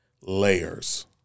layers